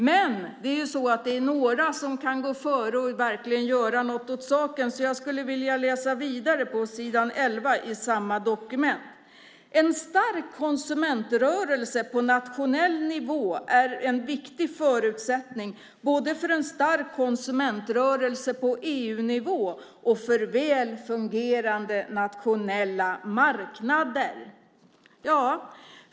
Men det är några som kan gå före och verkligen göra något åt saken, så jag skulle vilja läsa vidare i samma dokument: En stark konsumentrörelse på nationell nivå är en viktig förutsättning både för en stark konsumentrörelse på EU-nivå och för välfungerande nationella marknader.